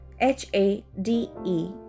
H-A-D-E